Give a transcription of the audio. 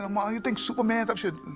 ah mom, you think superman um she's